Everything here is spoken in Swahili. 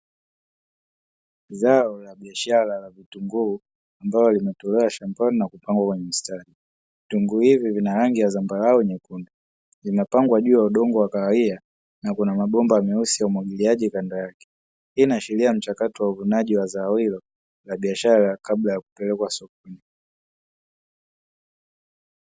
Zao la biashara la vitunguu ambalo limetolewa shambani na kupangwa kwenye imstari, vitunguu hivi vina rangi ya zambarau nyekundu. Vinapangwa juu ya udongo wa kahawia na kuna mabomba meusi ya umwagiliaji kando yake. Hii inaashiria mchakato uvunaji wa zao hilo la biashara kabla ya kuuzwa sokoni.